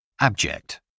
Abject